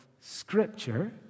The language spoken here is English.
Scripture